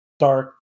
dark